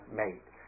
mate